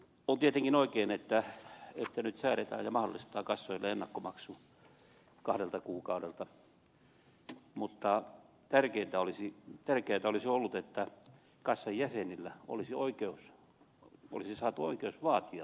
on tietenkin oikein että nyt säädetään ja mahdollistetaan kassoille ennakkomaksu kahdelta kuukaudelta mutta tärkeätä olisi ollut että kassan jäsenille olisi saatu oikeus vaatia ennakkomaksua